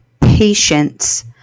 patience